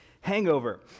Hangover